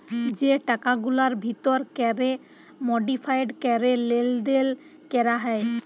যে টাকাগুলার ভিতর ক্যরে মডিফায়েড ক্যরে লেলদেল ক্যরা হ্যয়